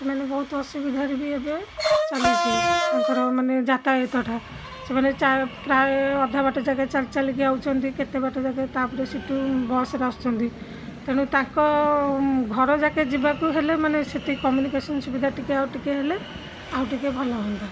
ସେମାନେ ବହୁତ ଅସୁବିଧାରେ ବି ଏବେ ଚାଲିଛି ତାଙ୍କର ମାନେ ଯାତାୟତଟା ସେମାନେ ଚା ପ୍ରାୟ ଅଧା ବାଟ ଯାକେ ଚାଲି ଚାଲିକି ଆଉଛନ୍ତି କେତେ ବାଟ ଯାକେ ତା'ପରେ ସେଇଠୁ ବସ୍ରେ ଆସୁଛନ୍ତି ତେଣୁ ତାଙ୍କ ଘର ଯାକେ ଯିବାକୁ ହେଲେ ମାନେ ସେତିକି କମ୍ୟୁନିକେସନ୍ ସୁବିଧା ଟିକେ ଆଉ ଟିକେ ହେଲେ ଆଉ ଟିକେ ଭଲ ହୁଅନ୍ତା